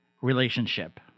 relationship